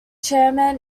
chairman